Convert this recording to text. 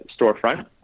storefront